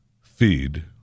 feed